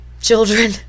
children